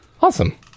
awesome